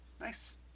Nice